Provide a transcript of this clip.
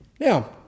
Now